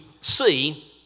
see